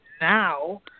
now